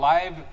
Live